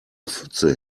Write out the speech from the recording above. pfütze